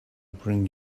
bring